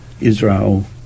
israel